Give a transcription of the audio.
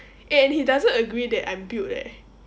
eh and he doesn't agree that I'm built leh